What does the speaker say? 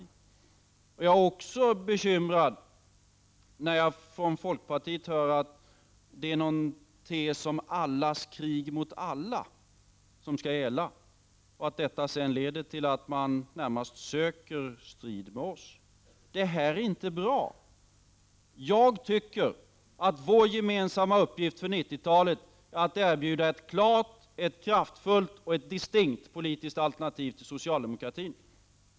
Det bekymrar mig också när jag från folkpartiet får höra att det är en tes om allas krig mot alla som skall gälla. Detta leder till att man närmast söker strid med oss. Det här är inte bra. Jag anser att vår gemensamma uppgift inför 1990-talet skall vara att erbjuda ett klart, kraftfullt och distinkt alternativ till socialdemokratin.